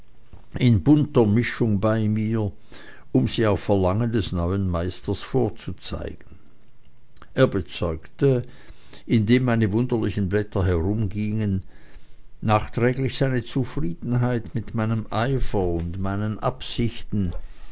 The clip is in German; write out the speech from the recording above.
in bunter mischung bei mir um sie auf verlangen des neuen kleisters vorzuzeigen er bezeugte indem meine wunderlichen blätter herumgingen nachträglich seine zufriedenheit mit meinem eifer und meinen absichten